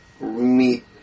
meet